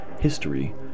history